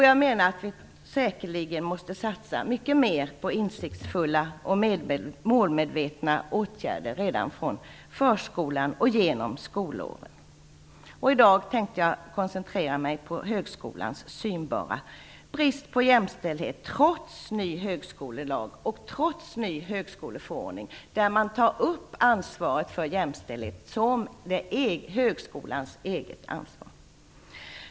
Jag menar att vi säkerligen måste satsa mycket mer på insiktsfulla och målmedvetna åtgärder redan från förskolan och upp genom skolåren. I dag tänker jag koncentrera mig på högskolans synbara brist på jämställdhet, trots ny högskolelag och ny högskoleförordning, där ansvaret för jämställdhet tas upp som högskolans eget ansvar.